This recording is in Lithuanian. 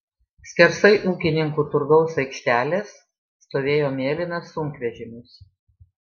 skersai ūkininkų turgaus aikštelės stovėjo mėlynas sunkvežimis